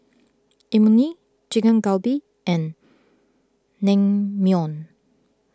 Imoni Chicken Galbi and Naengmyeon